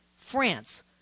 France